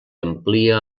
amplia